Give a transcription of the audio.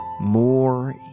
more